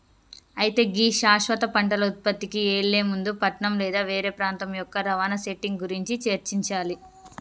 అయితే గీ శాశ్వత పంటల ఉత్పత్తికి ఎళ్లే ముందు పట్నం లేదా వేరే ప్రాంతం యొక్క రవాణా సెట్టింగ్ గురించి చర్చించాలి